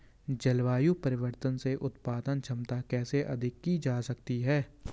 जलवायु परिवर्तन से उत्पादन क्षमता कैसे अधिक की जा सकती है?